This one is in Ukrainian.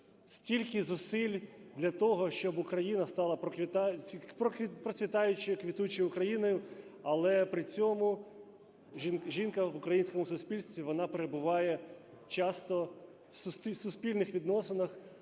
Стільки зусиль для того, щоб Україна стала процвітаючою, квітучою країною, але при цьому жінка в українському суспільстві, вона перебуває часто в суспільних відносинах